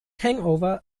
hangover